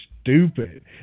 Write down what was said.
stupid